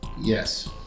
Yes